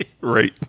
Right